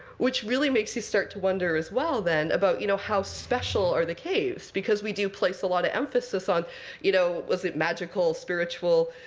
which really makes you start to wonder as well, then, about you know how special are the caves. because we do place a lot of emphasis on you know was it magical, spiritual,